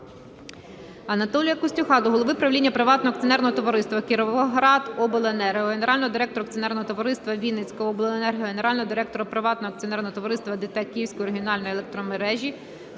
Анатолія Костюха до голови правління приватного акціонерного товариства "Кіровоградобленерго", Генерального директора акціонерного товариства "Вінницяобленерго", Генерального директора приватного акціонерного товариства "ДТЕК Київські Регіональні Електромережі",